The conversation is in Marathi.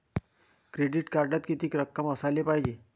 क्रेडिट कार्डात कितीक रक्कम असाले पायजे?